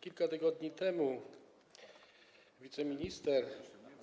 Kilka tygodni temu wiceminister